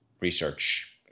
research